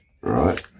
right